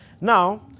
Now